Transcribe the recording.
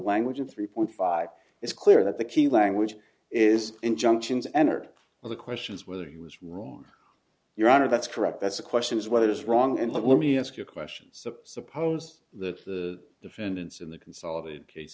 language of three point five it's clear that the key language is injunctions entered all the questions whether it was wrong your honor that's correct that's the question is what is wrong and let me ask you questions suppose that the defendants in the consolidated case